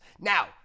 Now